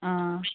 آ